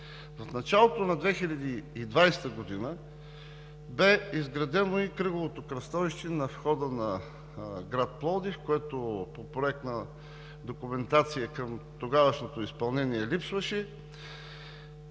В началото на 2020 г. бе изградено и кръговото кръстовище на входа на град Пловдив, което по проектна документация към тогавашното изпълнение липсваше.